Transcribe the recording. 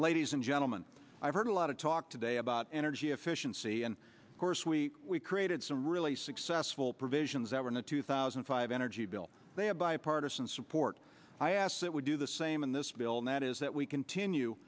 ladies and gentlemen i've heard a lot of talk today about energy efficiency and of course we created some really successful provisions that were in a two thousand and five energy bill they had bipartisan support i asked that would do the same in this bill that is that we continue